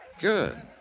Good